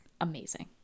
amazing